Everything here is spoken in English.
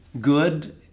good